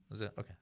Okay